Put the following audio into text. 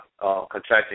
contracting